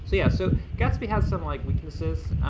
so yeah, so gatsby has some like weaknesses.